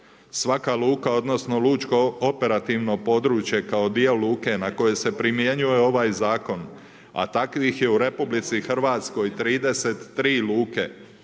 Svaka luka, odnosno lučko operativno područje kao di luke, na koje se primjenjuje ovaj zakon, a takvih je u RH 33 luke